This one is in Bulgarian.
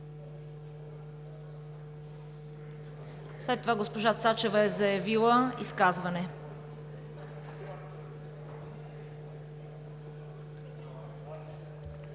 След това госпожа Цачева е заявила изказване.